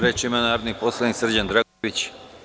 Reč ima narodni poslanik Srđan Dragojević.